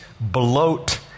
bloat